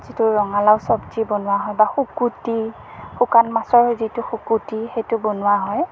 যিটো ৰঙালাও চব্জি বনোৱা হয় বা শুকুটি শুকান মাছৰ যিটো শুকুটি সেইটো বনোৱা হয়